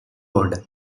order